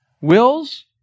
wills